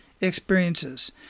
experiences